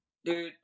Dude